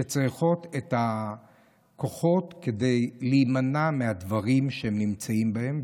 שצריכות את הכוחות כדי להימנע מהדברים שהן נמצאות בהם,